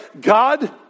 God